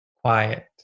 quiet